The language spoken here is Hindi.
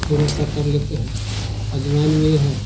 थोड़ा सा कर लेते हैं अजवाइन में है